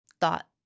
thought